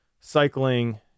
cycling